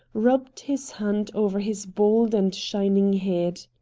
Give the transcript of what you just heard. rubbed his hand over his bald and shining head.